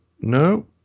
no